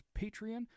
Patreon